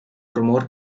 rumor